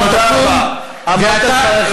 גם יהודה,